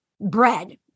bread